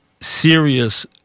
serious